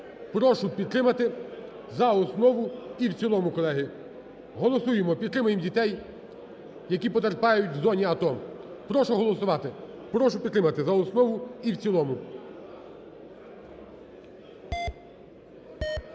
прошу підтримати за основу і в цілому, колеги. Голосуємо. Підтримаємо дітей, які потерпають в зоні АТО. Прошу голосувати. Прошу підтримати за основу і в цілому.